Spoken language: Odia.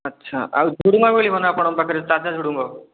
ଆଚ୍ଛା ଆଉ ଝୁଡ଼ଙ୍ଗ ମିଳିବ ନା ଆପଣଙ୍କ ପାଖରେ ତାଜା ଝୁଡ଼ଙ୍ଗ